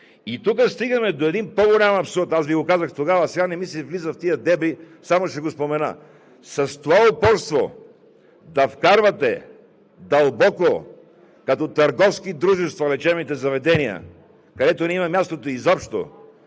И тук стигаме до един по-голям абсурд – аз Ви го казах тогава, сега не ми се влиза в тези дебри, само ще го спомена – с това упорство да вкарвате дълбоко като търговски дружества лечебните заведения, където не им е мястото изобщо,